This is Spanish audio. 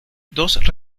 dos